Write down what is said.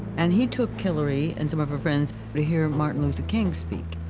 and he took hillary and some of her friends to hear martin luther king speak.